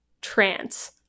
trance